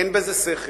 אין בזה שכל,